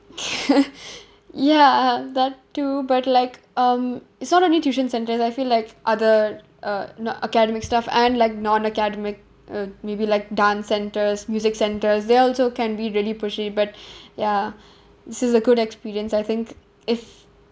ya that too but like um it's not only tuition centres I feel like other uh no~ academic stuff and like non academic uh maybe like dance centres music centres they also can be really pushy but ya this is a good experience I think if